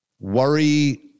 worry